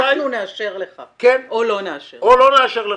אנחנו נאשר או לא נאשר לך.